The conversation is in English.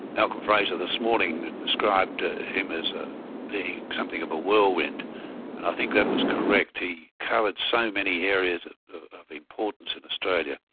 malcolm fraser this morning described him as ah being something of a whirlwind and i think that was correct. he coloured so many areas of importance in australia,